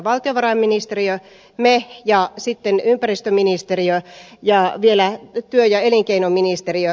valtiovarainministeriö me ja sitten ympäristöministeriö ja vielä työ ja elinkeinoministeriö